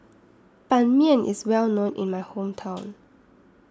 Ban Mian IS Well known in My Hometown